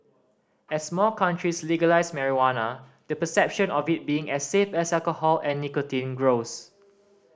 as more countries legalise marijuana the perception of it being as safe as alcohol and nicotine grows